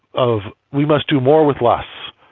of we must do more with less.